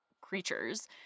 creatures